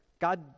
God